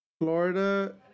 Florida